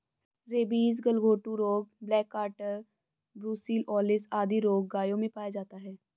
rabies, गलघोंटू रोग, black quarter, brucellosis आदि रोग गायों में पाया जाता है